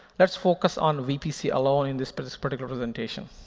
let's focus on vpc alone in this but this particular presentation.